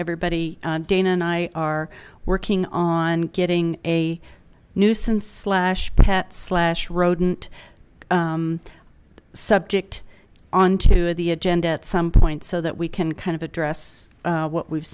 everybody dana and i are working on getting a nuisance slash pet rodent subject onto the agenda at some point so that we can kind of address what we've